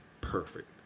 perfect